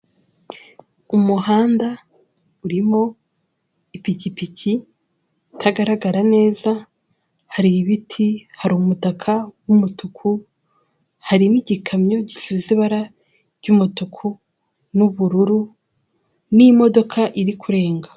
Umuhanda urimo ipikipiki itagaragara neza, hari ibiti, hari umutaka w'umutuku hari n'igikamyo gisize ibara ry'umutuku n'ubururu n'imodoka iri kurenga.